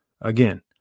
again